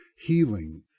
healing